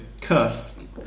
curse